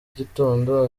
gitondo